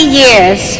years